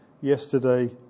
yesterday